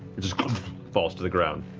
it falls to the ground,